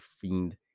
fiend